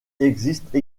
existe